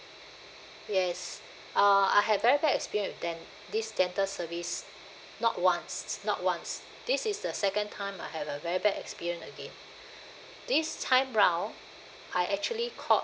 yes uh I had very bad experience with them this dental service not once not once this is the second time I had a very bad experience again this time round I actually called